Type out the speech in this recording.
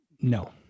no